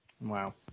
Wow